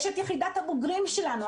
יש את יחידת הבוגרים שלנו.